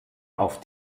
auf